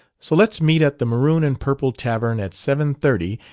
so let's meet at the maroon-and-purple tavern at seven-thirty,